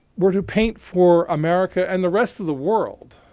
were to paint for america and the rest of the world